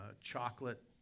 chocolate